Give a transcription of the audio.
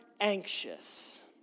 anxious